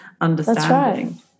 understanding